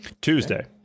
Tuesday